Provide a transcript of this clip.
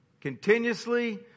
continuously